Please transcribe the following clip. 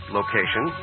location